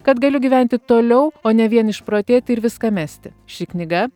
kad galiu gyventi toliau o ne vien išprotėti ir viską mesti ši knyga